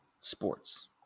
sports